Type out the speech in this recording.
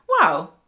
Wow